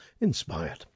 Inspired